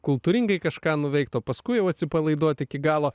kultūringai kažką nuveikt o paskui jau atsipalaiduot iki galo